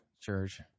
Church